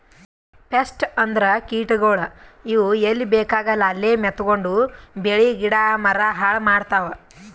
pest ಅಂದ್ರ ಕೀಟಗೋಳ್, ಇವ್ ಎಲ್ಲಿ ಬೇಕಾಗಲ್ಲ ಅಲ್ಲೇ ಮೆತ್ಕೊಂಡು ಬೆಳಿ ಗಿಡ ಮರ ಹಾಳ್ ಮಾಡ್ತಾವ್